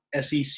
SEC